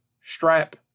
strap